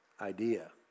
idea